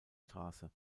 straße